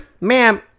ma'am